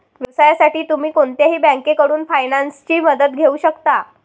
व्यवसायासाठी तुम्ही कोणत्याही बँकेकडून फायनान्सची मदत घेऊ शकता